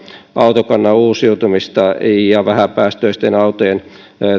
autokannan uusiutumista ja vähäpäästöisten autojen